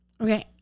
Okay